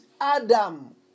Adam